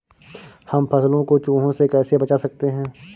हम फसलों को चूहों से कैसे बचा सकते हैं?